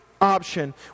option